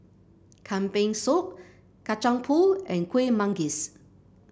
Kambing Soup Kacang Pool and Kuih Manggis